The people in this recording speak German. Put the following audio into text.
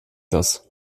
das